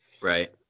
right